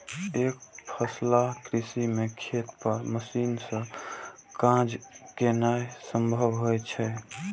एकफसला कृषि मे खेत पर मशीन सं काज केनाय संभव होइ छै